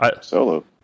Solo